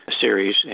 series